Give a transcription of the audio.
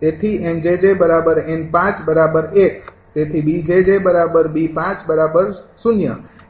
તેથી 𝑁𝑗𝑗𝑁૫૧ તેથી 𝐵𝑗𝑗𝐵૫0